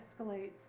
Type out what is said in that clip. escalates